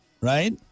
Right